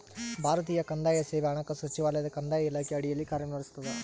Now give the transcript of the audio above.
ಭಾರತೀಯ ಕಂದಾಯ ಸೇವೆ ಹಣಕಾಸು ಸಚಿವಾಲಯದ ಕಂದಾಯ ಇಲಾಖೆಯ ಅಡಿಯಲ್ಲಿ ಕಾರ್ಯನಿರ್ವಹಿಸ್ತದ